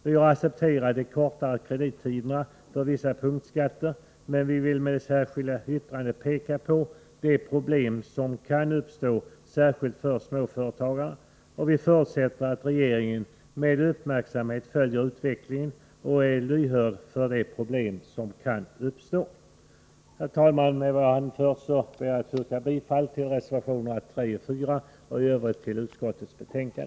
Vi har accepterat de kortare kredittiderna för vissa punktskatter, men vi vill med det särskilda yttrandet peka på de problem som kan uppstå särskilt för småföretagarna, och vi förutsätter att regeringen med uppmärksamhet följer utvecklingen och är lyhörd för de problem som kan uppstå. Herr talman! Med vad jag här anfört yrkar jag bifall till reservationerna 3 och 4 och i övrigt till utskottets hemställan.